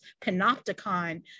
panopticon